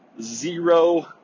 zero